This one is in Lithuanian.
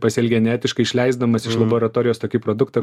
pasielgė neetiškai išleisdamas iš laboratorijos tokį produktą